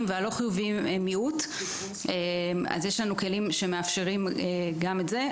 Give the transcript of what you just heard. הם מיעוט אז יש כלים שמאפשרים גם את זה.